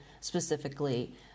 specifically